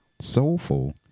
soulful